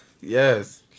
Yes